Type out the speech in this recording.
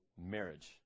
marriage